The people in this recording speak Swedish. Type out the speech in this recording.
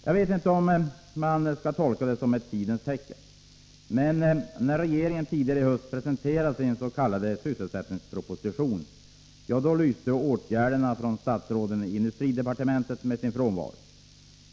Jag vet inte om man skall tolka det som ett tidens tecken, men när regeringen tidigare i höst presenterade sin s.k. sysselsättningsproposition lyste åtgärderna från statsråden i industridepartementet med sin frånvaro.